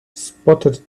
spotted